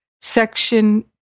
section